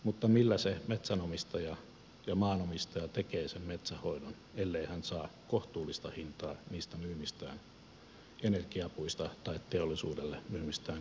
mutta millä se metsänomistaja ja maanomistaja tekee sen metsänhoidon ellei hän saa kohtuullista hintaa niistä myymistään energiapuista tai teollisuudelle myymistään kuitupuista